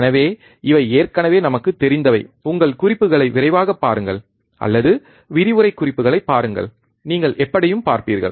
எனவே இவை ஏற்கனவே நமக்குத் தெரிந்தவை உங்கள் குறிப்புகளை விரைவாகப் பாருங்கள் அல்லது விரிவுரை குறிப்புகளைப் பாருங்கள் நீங்கள் எப்படியும் பார்ப்பீர்கள்